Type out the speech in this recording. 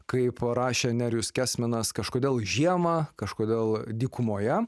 kaip rašė nerijus kesminas kažkodėl žiemą kažkodėl dykumoje